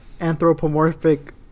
anthropomorphic